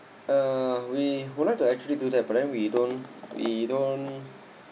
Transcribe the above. uh we would like to actually do that but then we don't we don't